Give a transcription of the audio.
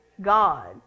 God